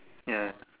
ya